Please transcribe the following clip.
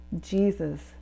Jesus